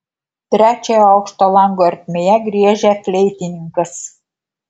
trečiojo aukšto lango ertmėje griežia fleitininkas